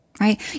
right